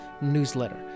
newsletter